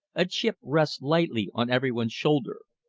a chip rests lightly on everyone's shoulder.